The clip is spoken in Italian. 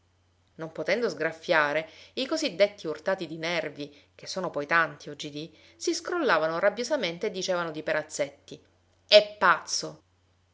non potendo sgraffiare i così detti urtati di nervi che sono poi tanti oggidì si scrollavano rabbiosamente e dicevano di perazzetti è pazzo